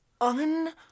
un